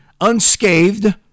unscathed